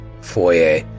foyer